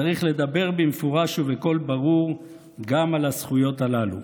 צריך לדבר במפורש ובקול ברור גם על הזכויות הללו.